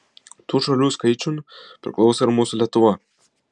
tų šalių skaičiun priklauso ir mūsų lietuva